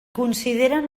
consideren